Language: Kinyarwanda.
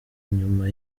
nyuma